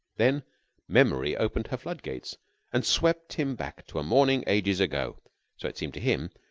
then memory opened her flood-gates and swept him back to a morning ages ago, so it seemed to him,